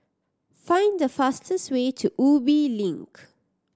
find the fastest way to Ubi Link